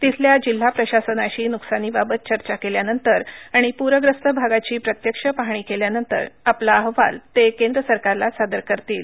तिथल्या जिल्हा प्रशासनाशी न्कसानीबाबत चर्चा केल्यानंतर आणि प्रग्रस्त भागाची प्रत्यक्ष पाहणी केल्यानंतर आपला अहवाल ते केंद्र सरकारला सादर करतील